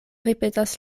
ripetas